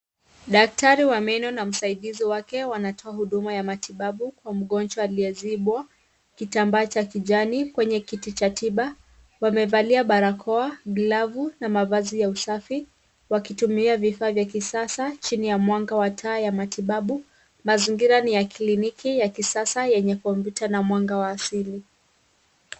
Daktari wa meno na msaidizi wake wanatoa huduma ya matibabu kwa mgonjwa aliyezibwa, kitambaa cha kijani kwenye kiti cha tiba. Wamevalia barakoa, glavu, na mavazi ya usafi. Wakitumia vifaa vya kisasa chini ya mwanga wa taa ya matibabu mazingira ni ya kliniki ya kisasa yenye kompyuta na mwanga wa asili.